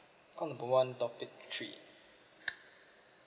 call number one topic three